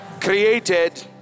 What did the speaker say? created